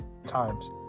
times